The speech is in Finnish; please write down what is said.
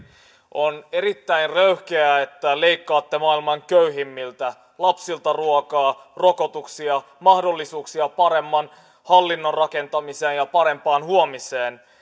on erittäin röyhkeää että leikkaatte maailman köyhimmiltä lapsilta ruokaa rokotuksia mahdollisuuksia paremman hallinnon rakentamiseen ja parempaan huomiseen